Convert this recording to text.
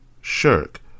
shirk